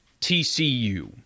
TCU